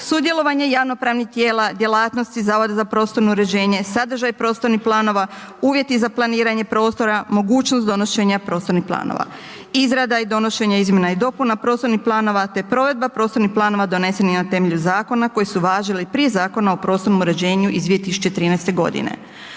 sudjelovanje javnopravnih tijela djelatnosti Zavoda za prostorno uređenje, sadržaj prostornih planova, uvjeti za planiranje prostora, mogućnost donošenja prostornih planova, izrada i donošenje izmjena i dopuna prostornih planova, te provedba prostornih planova donesenih na temelju zakona koji su važili prije Zakona o prostornom uređenju iz 2013.g.